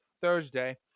Thursday